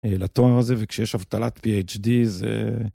לתואר הזה וכשיש אבטלת PHD זה.